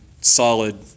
solid